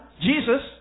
Jesus